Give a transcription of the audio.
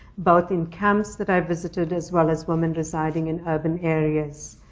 both in camps that i've visited as well as women residing in urban areas.